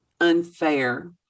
unfair